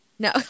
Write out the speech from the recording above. No